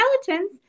skeletons